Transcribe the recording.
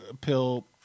pill